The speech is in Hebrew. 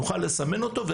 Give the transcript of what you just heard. נוכל לסמן אותו.